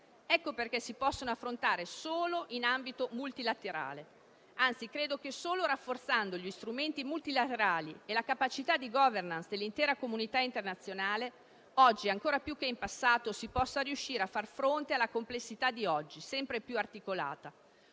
Ecco perché si possono affrontare solo in ambito multilaterale; anzi, credo che, solo rafforzando gli strumenti multilaterali e la capacità di *governance* dell'intera comunità internazionale, oggi ancora più che in passato, si possa riuscire a far fronte alla complessità odierna, sempre più articolata,